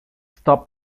stopped